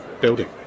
building